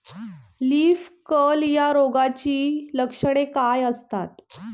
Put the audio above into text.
Leaf curl या रोगाची लक्षणे काय असतात?